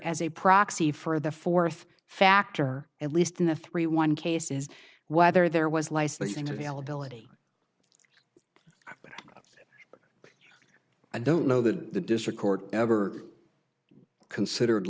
as a proxy for the fourth factor at least in the three one cases whether there was licensing availability but i don't know that the district court ever considered